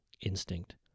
Instinct